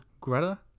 Greta